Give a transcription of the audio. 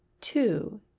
two